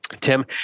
Tim